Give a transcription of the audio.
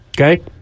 Okay